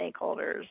stakeholders